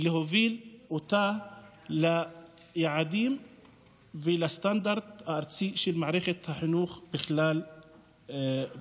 להוביל ליעדים ולסטנדרט הארצי של מערכת החינוך בכלל בארץ.